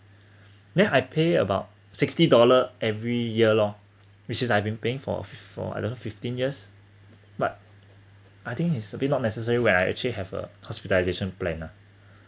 then I pay about sixty dollar every year lor which is I've been paying for for around fifteen years but I think it's a bit not necessary when I actually have a hospitalization plan lah